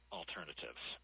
alternatives